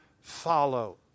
follow